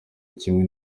kimwe